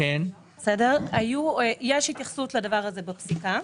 יש התייחסות לדבר הזה בפסיקה,